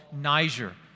Niger